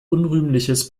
unrühmliches